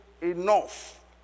enough